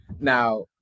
Now